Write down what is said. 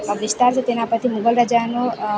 આ વિસ્તાર છે તેના પરથી મુગલ રાજાનો